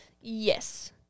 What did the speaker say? Yes